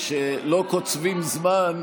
כשלא קוצבים זמן,